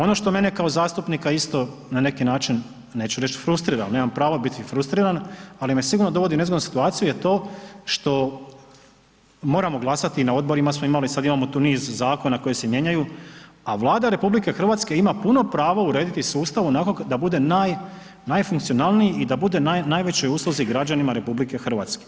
Ono što mene kao zastupnika isto na neki način, neću reći frustrira, nemam pravo biti frustriran, ali me sigurno dovodi u nezgodnu situaciju je to što moramo glasati, na odborima smo imali, sad imamo tu niz zakona koji se mijenjaju, a Vlada RH ima puno pravo urediti sustav onako da bude najfunkcionalniji i da bude na najvećoj usluzi građanima RH.